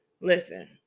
Listen